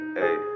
hey